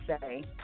say